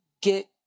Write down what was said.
get